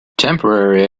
temporary